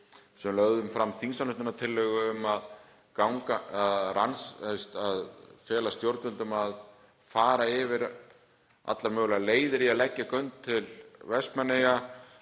lagt fram þingsályktunartillögu um að fela stjórnvöldum að fara yfir allar mögulegar leiðir í að leggja göng til Vestmannaeyja,